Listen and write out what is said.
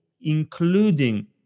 including